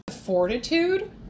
Fortitude